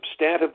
substantively